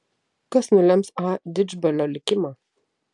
kas nulems a didžbalio likimą